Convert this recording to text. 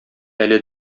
әле